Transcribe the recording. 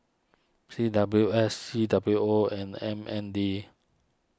C W S C W O and M N D